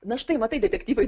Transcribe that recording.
na štai matai detektyvai